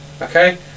Okay